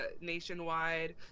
nationwide